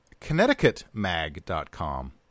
ConnecticutMag.com